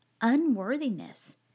unworthiness